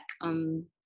on